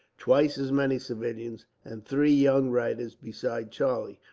twice as many civilians, and three young writers, besides charlie,